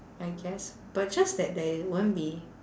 I guess but just that there won't be